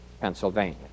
Pennsylvania